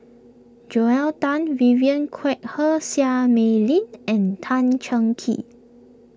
Joel Tan Vivien Quahe Seah Mei Lin and Tan Cheng Kee